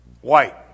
White